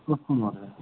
अस्तु महोदये